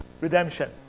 redemption